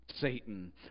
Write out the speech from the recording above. Satan